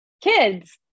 kids